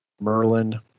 merlin